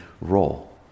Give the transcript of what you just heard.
role